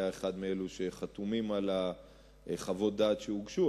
אחד מאלה שחתומים על חוות הדעת שהוגשו,